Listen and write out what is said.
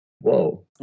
Whoa